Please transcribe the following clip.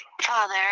Father